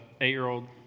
eight-year-old